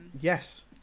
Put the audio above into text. Yes